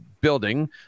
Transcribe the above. building